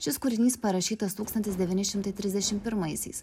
šis kūrinys parašytas tūkstantis devyni šimtai trisdešim pirmaisiais